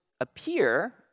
appear